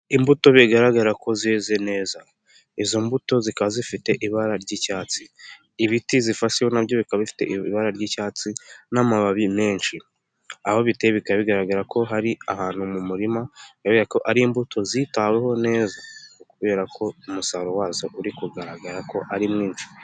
Imbuto bigaragara ko zize neza, izo mbuto zikaba zifite ibara ry'icyatsi, ibiti zifasheho nabyo bifite ibara ry'icyatsi n'amababi menshi, aho biteye bika bigaragara ko ari ahantu mu murima, kubera ko ari imbuto zitaweho neza, kubera ko umusaruro wazo uri kugaragara ko ari mwinshi.